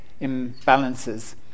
imbalances